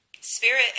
Spirit